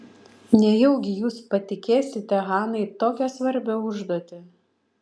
nejaugi jūs patikėsite hanai tokią svarbią užduotį